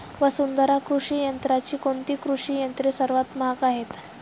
वसुंधरा कृषी यंत्राची कोणती कृषी यंत्रे सर्वात महाग आहेत?